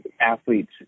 athletes